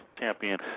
champion